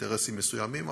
אינטרסים מסוימים,